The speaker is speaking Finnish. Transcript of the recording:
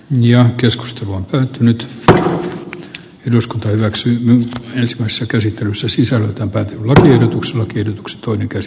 ja keskustelu on päättynyt eduskunta hyväksyi diskoissa käsittelyssä sisällön lakiehdotus lakiehdotukset kilpailukykyistä lentoliikennettä